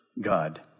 God